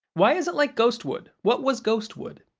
why is it like ghostwood? what was ghostwood?